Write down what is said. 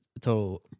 total